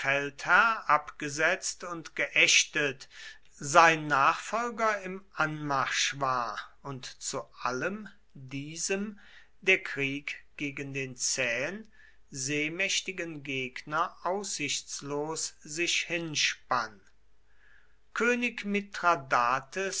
abgesetzt und geächtet sein nachfolger im anmarsch war und zu allem diesem der krieg gegen den zähen seemächtigen gegner aussichtslos sich hinspann könig